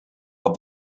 but